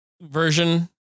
version